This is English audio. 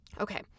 Okay